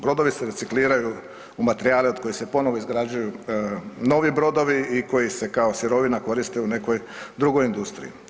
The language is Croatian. Brodovi se recikliraju u materijale od kojih se ponovo izgrađuju novi brodovi i koji se kao sirovina koriste u nekoj drugoj industriji.